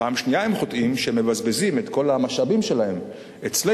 פעם שנייה הם חוטאים שהם מבזבזים את כל המשאבים שלהם אצלנו,